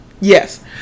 Yes